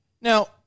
Now